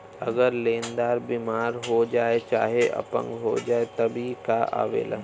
अगर लेन्दार बिमार हो जाए चाहे अपंग हो जाए तब ई कां आवेला